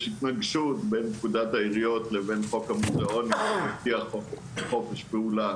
התנגשות בין פקודת העיריות לבין חוק המוזיאונים לפי החופש פעולה,